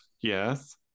yes